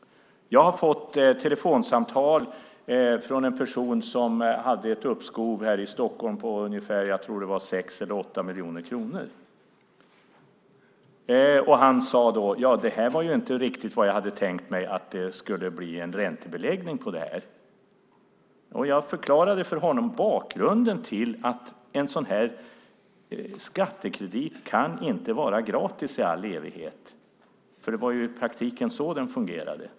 Jag har fått telefonsamtal från en person här i Stockholm som hade ett uppskov på 6-8 miljoner kronor. Han sade: Jag hade inte riktigt tänkt mig att det skulle bli en räntebeläggning på detta. Jag förklarade för honom bakgrunden till att en sådan här skattekredit inte kan vara gratis i all evighet - det var ju i praktiken så det fungerade.